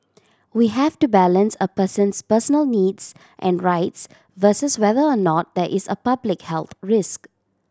we have to balance a person's personal needs and rights versus whether or not there is a public health risk